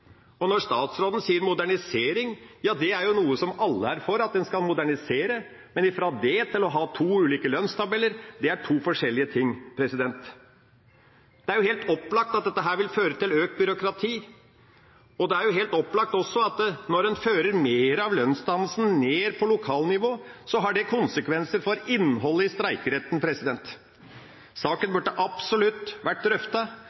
og når statsråden sier «modernisering», er jo det noe alle er for – at en skal modernisere. Men det og det å ha to ulike lønnstabeller er to forskjellige ting. Det er helt opplagt at dette vil føre til økt byråkrati. Det er også helt opplagt at når en fører mer av lønnsdannelsen ned på lokalnivå, har det konsekvenser for innholdet i streikeretten. Saken burde absolutt ha vært